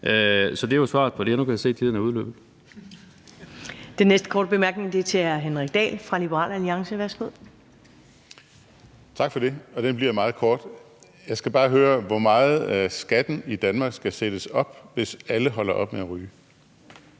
Så det er jo svaret på det, og nu kan jeg se, at tiden er udløbet.